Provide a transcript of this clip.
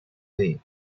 play